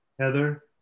Heather